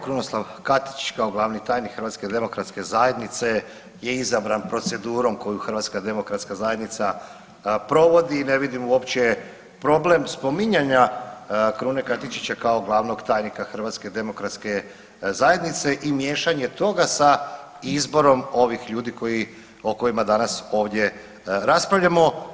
Krunoslav Katičić kao glavni tajnik HDZ-a je izabran procedurom koju HDZ provodi, ne vidim uopće problem spominjanja Krune Katičića kao glavnog tajnika HDZ-a i miješanje toga sa izborom ovih ljudi o kojima danas ovdje raspravljamo.